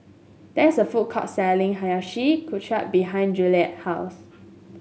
there is a food court selling Hiyashi Chuka behind Juliette's house